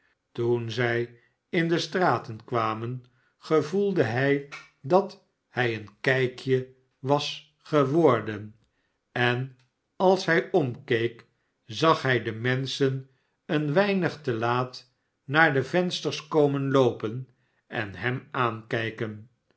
toen zij in de straten kwamen gevoelde hij dat hij een kijkje was geworden en als hij omkeek zag hij de menschen een weinig te laat naar de vensters komen loopen en hem nakijken